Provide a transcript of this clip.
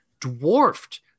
dwarfed